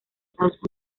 estados